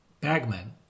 bagman